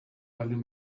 baldin